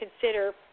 consider